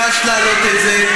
התעקשת להעלות את זה,